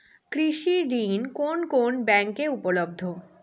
কৃষি ঋণ কোন কোন ব্যাংকে উপলব্ধ?